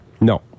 No